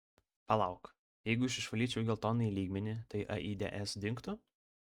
palauk jeigu aš išvalyčiau geltonąjį lygmenį tai aids dingtų